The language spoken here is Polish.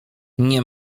nie